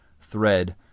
thread